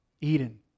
Eden